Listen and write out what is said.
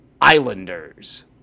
Islanders